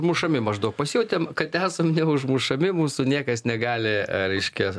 mušami maždaug pasijautėm kad esam neužmušami mūsų niekas negali reiškia